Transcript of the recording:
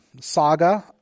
saga